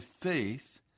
faith